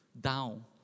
down